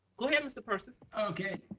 go ahead, mr. persis. okay.